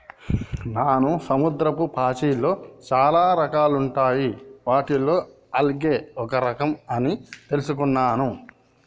నాను సముద్రపు పాచిలో చాలా రకాలుంటాయి వాటిలో ఆల్గే ఒక రఖం అని తెలుసుకున్నాను